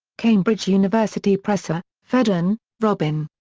cambridge university press. ah fedden, robin.